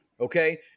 Okay